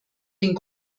den